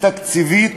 תקציבית.